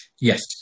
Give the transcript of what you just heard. Yes